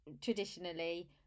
traditionally